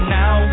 now